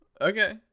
okay